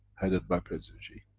headed by president xi.